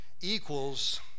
equals